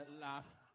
laugh